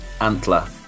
Antler